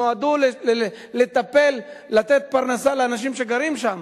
נועדו לתת פרנסה לאנשים שגרים שם.